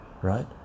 right